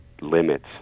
limits